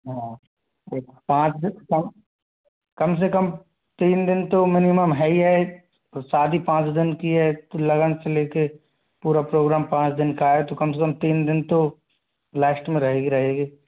हाँ एक पाँच कम से कम तीन दिन तो मिनिमम है ही है तो शादी पाँच दिन की है तो लगन से लेके पूरा प्रोग्राम पाँच दिन का है तो कम से कम तीन दिन तो लास्ट में रहेगी रहेगी